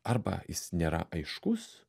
arba jis nėra aiškus